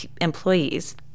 employees